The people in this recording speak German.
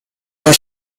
der